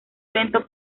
lento